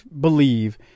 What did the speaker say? believe